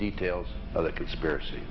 details of the conspiracy